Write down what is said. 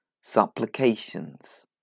supplications